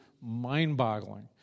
mind-boggling